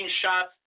shots